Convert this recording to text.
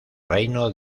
reino